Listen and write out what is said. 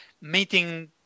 meeting